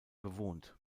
bewohnt